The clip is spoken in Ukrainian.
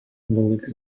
великих